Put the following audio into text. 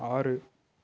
ஆறு